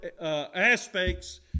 aspects